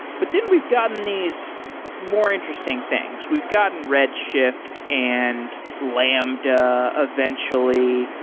but then we've gotten these more interesting things. we've gotten redshift and lambda eventually.